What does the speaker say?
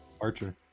Archer